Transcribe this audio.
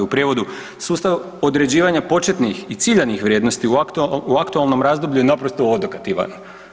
U prijevodu, sustav određivanja početnih i ciljanih vrijednosti u aktualnom razdoblju je naprosto odokativan.